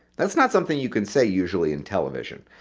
that's not something you can say usually in television.